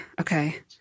Okay